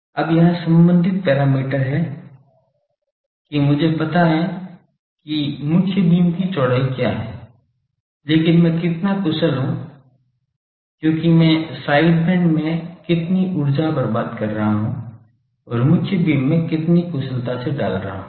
अब वहाँ संबंधित पैरामीटर है कि मुझे पता है कि मुख्य बीम की चौड़ाई क्या है लेकिन मैं कितना कुशल हूं क्योंकि मैं साइड बैंड में कितनी ऊर्जा बर्बाद कर रहा हूं और मुख्य बीम में कितनी कुशलता से डाल रहा हूं